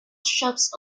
shops